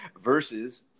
versus